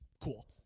cool